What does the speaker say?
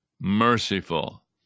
merciful